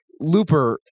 Looper